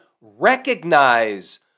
recognize